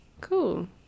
cool